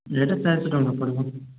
ଏଇଟା ଚାରିଶହ ଟଙ୍କା ପଡ଼ିବ